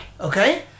okay